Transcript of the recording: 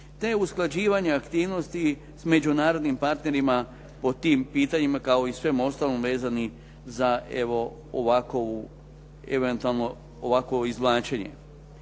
te usklađivanja aktivnosti s međunarodnim partnerima po tim pitanjima kao i svemu ostalom vezani za evo ovakovu